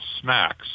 smacks